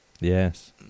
Yes